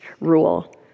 rule